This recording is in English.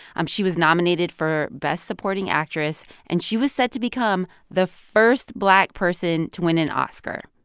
um she was nominated for best supporting actress. and she was set to become the first black person to win an oscar,